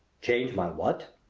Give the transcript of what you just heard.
change my what?